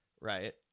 Right